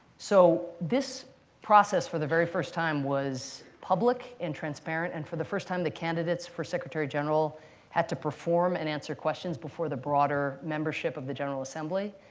so this process, for the very first time, was public and transparent. and for the first time, the candidates for secretary-general had to perform and answer questions before the broader membership of the general assembly,